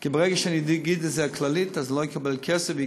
כי ברגע שאני אגיד כללית, לא אקבל כסף.